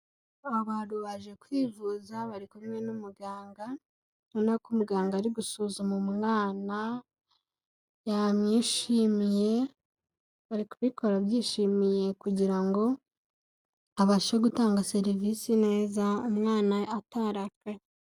Abantu baje kwivuza bari kumwe n'umuganga, ubona ko umuganga ari gusuzuma umwana yamwishimiye, ari kubikora abyishimiye kugira ngo abashe gutanga serivisi neza umwana atarakaye.